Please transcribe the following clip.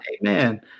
Amen